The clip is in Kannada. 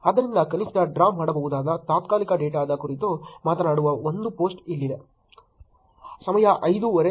ಆದ್ದರಿಂದ ಕನಿಷ್ಠ ಡ್ರಾ ಮಾಡಬಹುದಾದ ತಾತ್ಕಾಲಿಕ ಡೇಟಾದ ಕುರಿತು ಮಾತನಾಡುವ ಒಂದು ಪೋಸ್ಟ್ ಇಲ್ಲಿದೆ ಸಮಯ 5